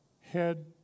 head